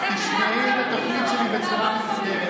אתה רוצה לסגור את השידור הציבורי.